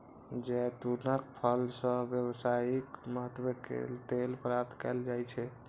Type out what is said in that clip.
जैतूनक फल सं व्यावसायिक महत्व के तेल प्राप्त कैल जाइ छै